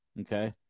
okay